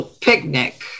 picnic